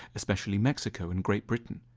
especially mexico and great britain.